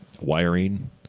wiring